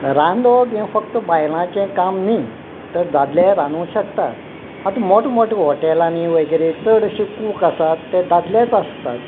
रांदप हें फक्त बायलाचें काम न्ही तर दादले रांदू शकतात आतां मोट्या मोट्या हॉटेलांनी वगैरे चडशे अशे कूक आसात ते दादलेच आसतात